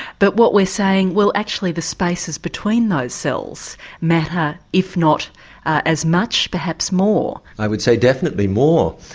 but what we're saying, well actually the spaces between those cells matter if not as much perhaps more? i would say definitely more.